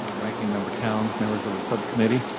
ah ranking member towns, members of the subcommittee,